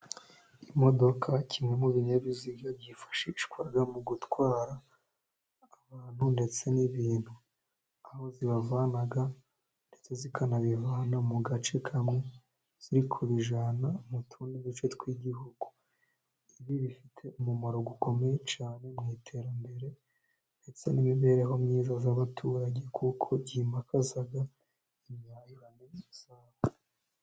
Imodoka kimwe mu binyabiziga byifashishwa mu gutwara abantu ndetse n'ibintu, aho zibavana ndetse zikanabivana mu gace kamwe ziri kubijyana mu tundi duce tw'igihugu, ibi bifite umumaro gukomeye cyane mu iterambere ndetse n'imibereho myiza y'abaturage kuko byimakaza imibereho myiza.